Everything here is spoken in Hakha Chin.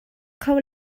kho